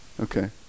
okay